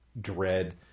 Dread